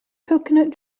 coconut